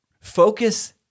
focus